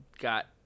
got